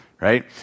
right